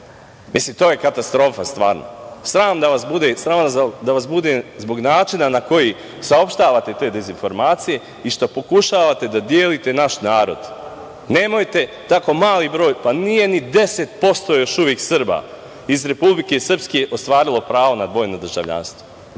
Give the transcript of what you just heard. To je katastrofa. Sram da vas bude zbog načina na koji saopštavate te dezinformacije i što pokušavate da delite naš narod. Nemojte, nije ni 10% još uvek Srba iz Republike Srpske ostvarilo pravo na dvojno državljanstvo.